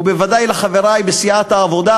ובוודאי לחברי בסיעת העבודה,